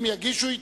ואם לא יגישו,